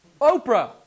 oprah